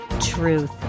truth